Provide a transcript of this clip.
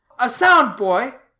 a sound boy?